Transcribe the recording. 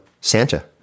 Santa